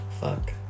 Fuck